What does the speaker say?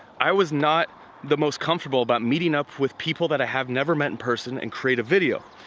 i was not the most comfortable about meeting up with people that i have never met in person and create a video.